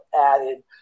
added